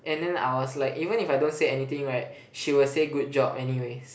and then I was like even if I don't say anything right she would say good job anyways